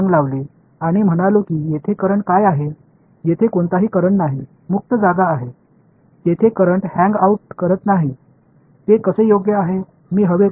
இல்லை ஏனெனில் அது மெல்லிய காற்றில் உள்ளது நான் காற்றில் ஒரு வரியை உருவாக்கினேன் இங்கே என்ன மின்னோட்டம் இருக்கிறது என்று சொன்னேன் எந்த மின்னோட்டமும் இல்லை அது காலியான ஸ்பேஸ் மின்னோட்டமும் இல்லை